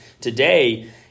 today